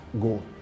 goal